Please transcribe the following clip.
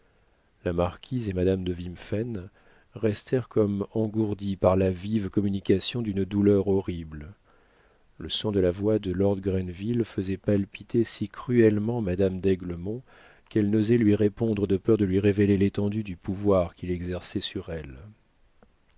la marquise et madame de wimphen restèrent comme engourdies par la vive communication d'une douleur horrible le son de la voix de lord grenville faisait palpiter si cruellement madame d'aiglemont qu'elle n'osait lui répondre de peur de lui révéler l'étendue du pouvoir qu'il exerçait sur elle